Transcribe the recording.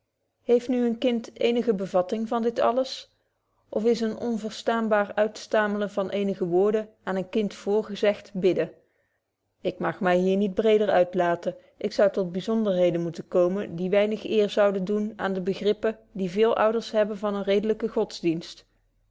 heeft nu een kind eenige bevatting van dit alles of is een onverstaanbaar uitstaamlen van eenige woorden aan een kind voorgezegt bidden ik mag my hier niet breder uitlaten ik zou tot byzonderheden moeten komen die weinig eer zouden doen aan de begrippen die veele oudershebben van eenen redelyken godsdienst